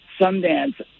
Sundance